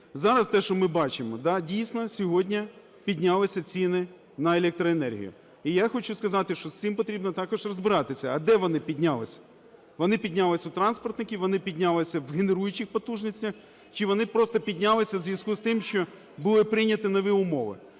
Зараз те, що ми бачимо, да, дійсно сьогодні піднялися ціни на електроенергію. І я хочу сказати, що з цим потрібно також розбиратися. А де вони піднялися? Вони піднялись у транспортників, вони піднялися в генеруючих потужностях чи вони просто піднялися у зв'язку з тим, що були прийняті нові умови?